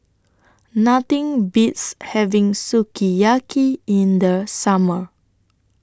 Nothing Beats having Sukiyaki in The Summer